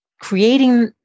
creating